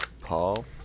paul